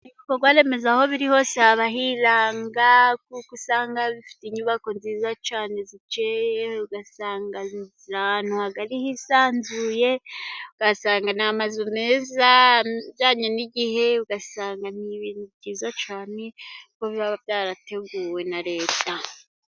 Ibikorwaremezo aho biri hose haba hiranga kuko usanga bifite inyubako nziza cyane zikeye, uganga ziri ahantu hisanzuye ugasanga ni amazu meza ajyanye n'igihe, ugasanga ni ibintu byiza cyane kuko biba byarateguwe na reta.